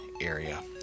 area